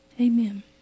amen